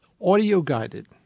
audio-guided